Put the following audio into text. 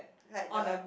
like the